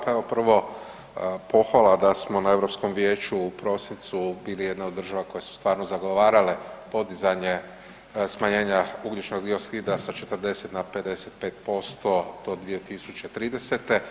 Pa evo prvo pohvala da smo na Europskom vijeću u prosincu bili jedna od država koje su stvarno zagovarale podizanje smanjenja ugljičnog dioksida sa 40 na 55% do 2030.